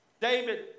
David